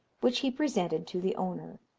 which he presented to the owner.